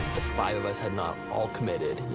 five of us had not all committed,